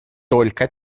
только